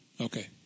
Okay